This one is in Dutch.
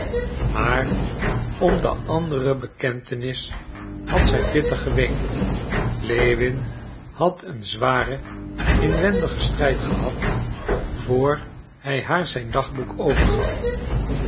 maar om de andere bekentenis had zij bitter geweend lewin had een zwaren inwendigen strijd gehad vr hij haar zijn dagboek overgaf